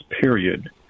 period